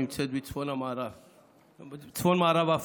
הנמצאת בצפון-מערב אפריקה.